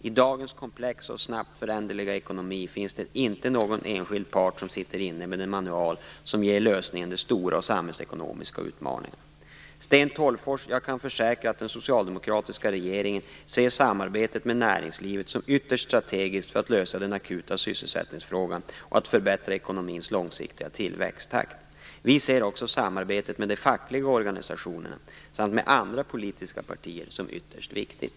I dagens komplexa och snabbt föränderliga ekonomi finns det inte någon enskild part som sitter inne med den manual som ger lösningen på de stora samhällsekonomiska utmaningarna. Sten Tolgfors, jag kan försäkra att den socialdemokratiska regeringen ser samarbetet med näringslivet som ytterst strategiskt för att lösa den akuta sysselsättningsfrågan och för att förbättra ekonomins långsiktiga tillväxttakt. Vi ser också samarbetet med de fackliga organisationerna samt med andra politiska partier som ytterst viktigt.